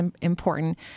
important